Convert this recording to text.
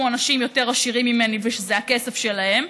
אנשים יותר עשירים ממני ושזה הכסף שלהם,